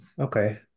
Okay